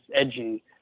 edgy